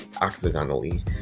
accidentally